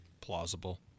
Plausible